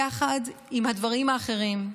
יחד עם הדברים האחרים,